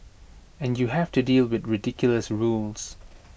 and you have to deal with ridiculous rules